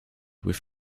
with